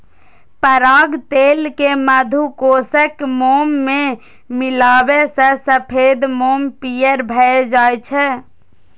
पराग तेल कें मधुकोशक मोम मे मिलाबै सं सफेद मोम पीयर भए जाइ छै